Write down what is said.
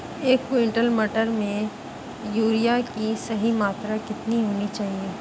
एक क्विंटल मटर में यूरिया की सही मात्रा कितनी होनी चाहिए?